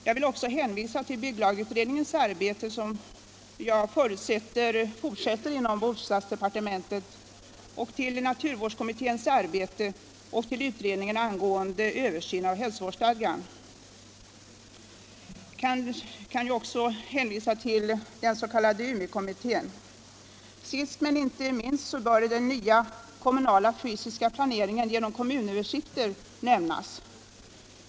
Jag vill också hänvisa till bygglagutredningens arbete, som jag förutsätter kommer att fortsätta inom bostadsdepartementet, till naturvårdskommitténs arbete och till utredningen angående översyn av hälsovårdsstadgan. Jag kan också hänvisa till den s.k. UMI-kommittén. Sist men inte minst bör den nya kommunala fysiska planeringen genom kommunöversikter m.m. nämnas.